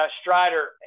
Strider